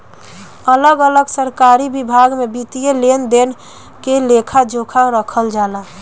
अलग अलग सरकारी विभाग में वित्तीय लेन देन के लेखा जोखा रखल जाला